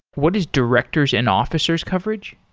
what is directors and officers coverage?